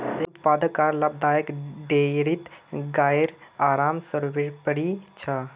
एक उत्पादक आर लाभदायक डेयरीत गाइर आराम सर्वोपरि छ